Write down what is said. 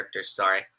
sorry